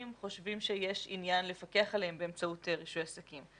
חושבים שיש עניין לפקח עליהם באמצעות רישוי עסקים.